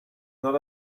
not